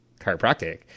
chiropractic